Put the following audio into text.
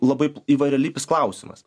labai įvairialypis klausimas